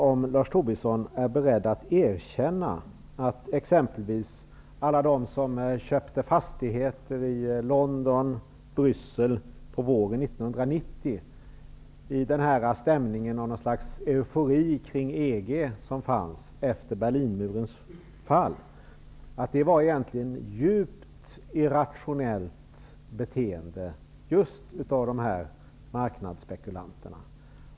Är Lars Tobisson beredd att erkänna att det var ett djupt irrationellt beteende av just marknadsspekulanterna att i något slags euforisk stämning kring EG efter Berlinmurens fall exempelvis köpa fastigheter i London och Bryssel under våren 1990?